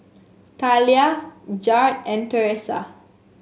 Thalia Jared and Teressa